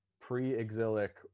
pre-exilic